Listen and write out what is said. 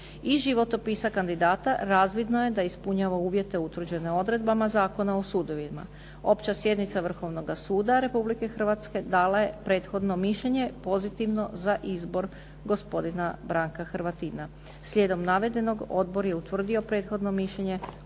Iz životopisa kandidata razvidno je da ispunjava uvjete utvrđene odredbama Zakona o sudovima. Opća sjednica Vrhovnoga suda Republike Hrvatske dala je prethodno mišljenje pozitivno za izbor gospodina Branka Hrvatina. Slijedom navedenog odbor je utvrdio prethodno mišljenje koje podnosi Hrvatskom saboru. Hvala